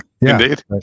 Indeed